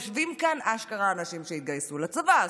יושבים כאן אנשים שאשכרה התגייסו לצבא.